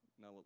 Now